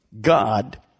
God